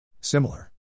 Similar